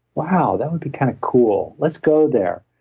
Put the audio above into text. wow, that would be kind of cool. let's go there.